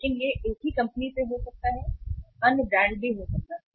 लेकिन यह एक ही कंपनी से हो सकता है अन्य ब्रांड भी हो सकता है